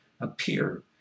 appear